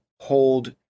hold